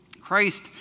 Christ